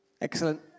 Excellent